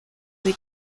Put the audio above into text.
the